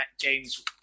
James